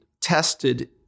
tested